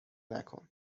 نکن